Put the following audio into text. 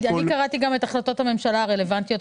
קראתי גם את החלטות הממשלה הרלוונטיות,